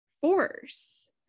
force